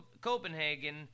Copenhagen